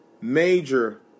major